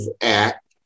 act